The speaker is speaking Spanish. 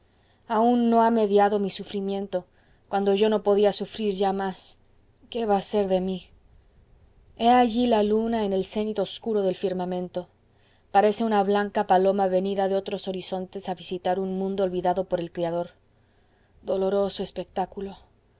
aun no ha mediado mi sufrimiento cuando yo no podía sufrir ya más qué va a ser de mí he allí la luna en el cénit obscuro del firmamento parece una blanca paloma venida de otros horizontes a visitar un mundo olvidado por el criador doloroso espectáculo